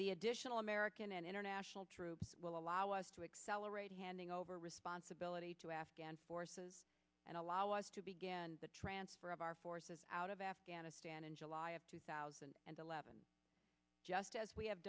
the additional american and international troops will allow us to accelerate handing over responsibility to afghan forces and allow us to begin the transfer of our forces out of afghanistan in july of two thousand and eleven just as we have